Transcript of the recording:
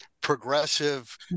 progressive